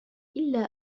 إلا